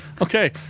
okay